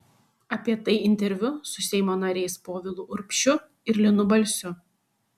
apie tai interviu su seimo nariais povilu urbšiu ir linu balsiu